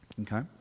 Okay